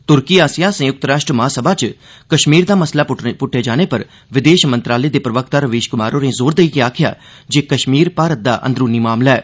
तुर्की आसेआ संयुक्त राष्ट्र महासमा च कश्मीर दा मसला पुट्टने जाने पर विदेश मंत्रालय दे प्रवक्ता रवीश कुमार होरे जोर देइयै आखेआ जे कश्मीर भारत दा अंदरूनी मामला ऐ